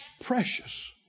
precious